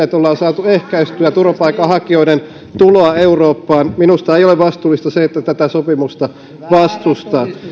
että ollaan saatu ehkäistyä turvapaikanhakijoiden tuloa eurooppaan minusta ei ole vastuullista se että tätä sopimusta vastustaa